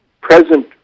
present